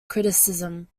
criticism